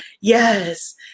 Yes